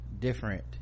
different